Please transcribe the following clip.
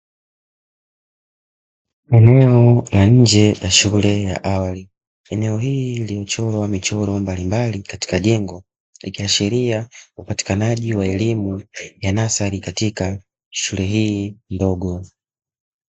Eneo la nje ya shule ya awali, eneo hili limechorwa michoro mbalimbali katika jengo likiashiria upatikanaji wa elimu ya nasari katika shule hii ndogo.